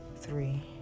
three